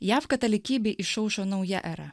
jav katalikybei išaušo nauja era